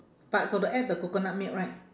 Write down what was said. but got to add the coconut milk right